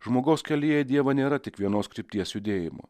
žmogaus kelyje dievo nėra tik vienos krypties judėjimo